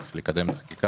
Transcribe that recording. צריך לקדם את החקיקה,